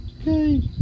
Okay